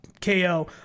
KO